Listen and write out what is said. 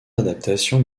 adaptations